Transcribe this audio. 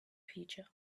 future